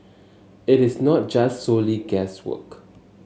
it is not just solely guesswork